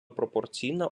пропорційна